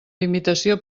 invitació